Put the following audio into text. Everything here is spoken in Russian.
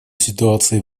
ситуации